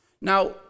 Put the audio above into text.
Now